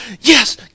yes